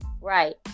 Right